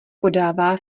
podává